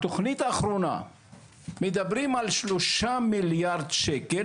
בתכנית האחרונה מדברים על שלושה מיליארד שקל,